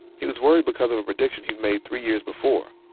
he was worried because of a prediction he'd made three years before.